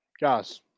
Guys